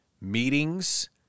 Meetings